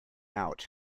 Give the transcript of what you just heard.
out